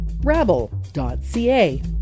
Rabble.ca